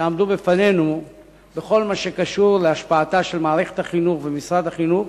שעמדו בפנינו בכל מה שקשור להשפעת מערכת החינוך ומשרד החינוך